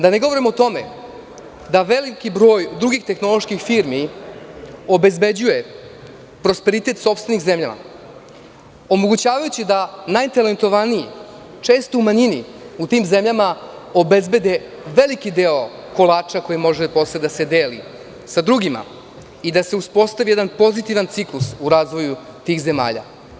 Da ne govorim o tome da veliki broj drugih tehnoloških firmi obezbeđuje prosperitet sopstvenim zemljama, omogućavajući da najtalentovaniji, često u manjini u tim zemljama, obezbede veliki deo kolača koji može posle da se deli sa drugima i da se uspostavi jedan pozitivan ciklus u razvoju tih zemalja.